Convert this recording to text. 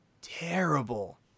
terrible